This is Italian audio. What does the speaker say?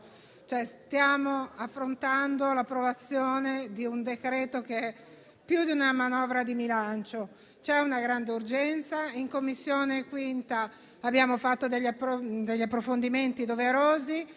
Stiamo affrontando l'approvazione di un decreto-legge che è più di una manovra di bilancio. C'è una grande urgenza; in 5a Commissione abbiamo fatto approfondimenti doverosi,